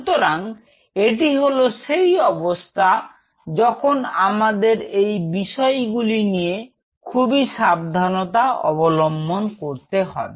সুতরাং এটি হলো সেই অবস্থা যখন আমাদের এই বিষয়গুলি নিয়ে খুবই সাবধানতা অবলম্বন করতে হবে